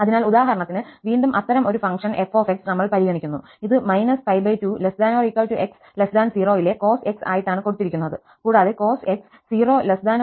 അതിനാൽ ഉദാഹരണത്തിന് വീണ്ടും അത്തരം ഒരു ഫംഗ്ഷൻ f നമ്മൾ പരിഗണിക്കുന്നു ഇത് − 2≤ x 0 യിലെ − cos x ആയിട്ടാണ് കൊടുത്തിരിക്കുന്നത് കൂടാതെ cos x 0 ≤ x ≤ 2ലും